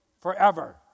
forever